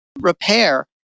repair